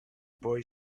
boy